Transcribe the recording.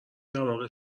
دماغ